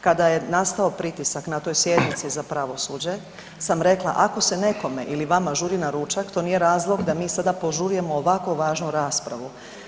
Kad je nastao pritisak na toj sjednici za pravosuđe sam rekla, ako se nekome ili vama žuri na ručak, to nije razlog ga mi sada požurujemo ovako važnu raspravu.